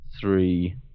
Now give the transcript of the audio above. three